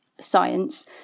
science